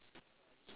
ya lor